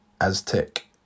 Aztec